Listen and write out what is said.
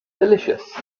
delicious